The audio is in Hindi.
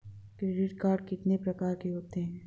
क्रेडिट कार्ड कितने प्रकार के होते हैं?